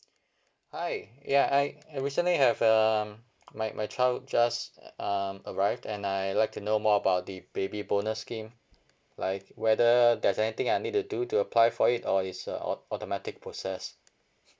hi ya I I recently have uh my my child just uh um arrived and I'd like to know more about the baby bonus scheme like whether there's anything I need to do to apply for it or it's a au~ automatic process